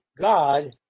God